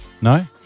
No